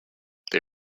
they